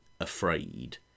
afraid